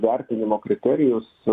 vertinimo kriterijus